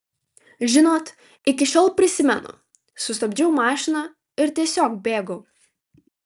žinot iki šiol prisimenu sustabdžiau mašiną ir tiesiog bėgau